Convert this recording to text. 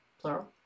plural